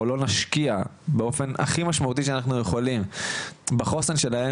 או לא נשקיע באופן הכי משמעותי שאנחנו יכולים בחוסן שלהם,